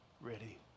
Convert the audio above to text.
ready